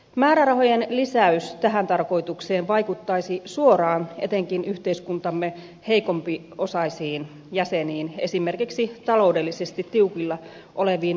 määrärahojen lisäys tähän tarkoitukseen vaikuttaisi suoraan etenkin yhteiskuntamme heikompiosaisiin jäseniin esimerkiksi taloudellisesti tiukilla oleviin lapsiperheisiin